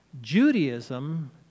Judaism